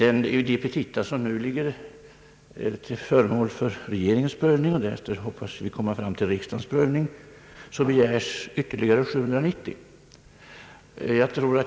I de petita som nu är föremål för regeringens prövning och som därefter, hoppas vi, blir föremål för riksdagens prövning begärs ytterligare 790 tjänster.